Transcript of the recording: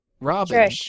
Robin